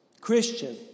Christian